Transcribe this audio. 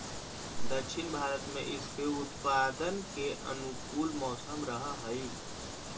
दक्षिण भारत में इसके उत्पादन के अनुकूल मौसम रहअ हई